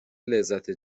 لذت